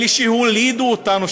לאלה שהולידו אותנו,